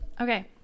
Okay